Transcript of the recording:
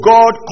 God